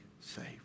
saved